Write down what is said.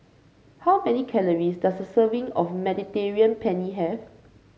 how many calories does a serving of Mediterranean Penne have